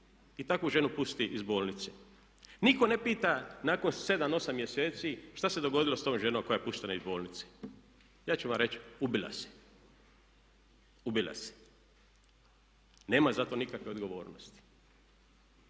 i takvu ženu pusti iz bolnice. Nitko ne pita nakon 7, 8 mjeseci šta se dogodilo sa tom ženom koja je puštena iz bolnice. Ja ću vam reći, ubila se, ubila se. Nema za to nikakve odgovornosti.